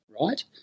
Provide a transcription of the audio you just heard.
right